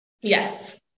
Yes